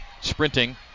sprinting